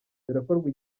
birakorwa